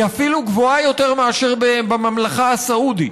היא אפילו גבוהה יותר מאשר בממלכה הסעודית,